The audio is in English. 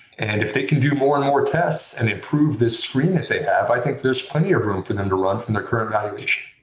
and if they can do more and more tests and improve this screen that they have, i think there's plenty of room for them to run from their current valuation.